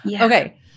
Okay